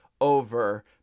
over